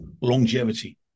longevity